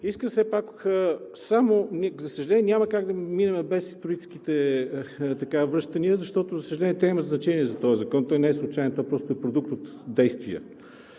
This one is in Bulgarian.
Искам все пак само… За съжаление, няма как да минем без историческите връщания, защото, за съжаление, те имат значение за този закон. Той не е случаен, той просто е продукт от действия